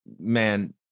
man